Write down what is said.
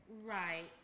Right